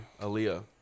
aaliyah